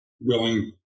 willing